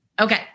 Okay